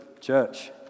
church